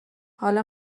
حالا